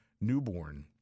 newborn